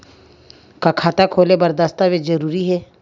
का खाता खोले बर दस्तावेज जरूरी हे?